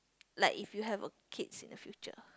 like if you have uh kids in the future